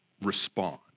respond